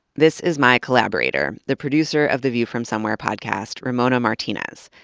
this is my collaborator, the producer of the view from somewhere podcast, ramona martinez.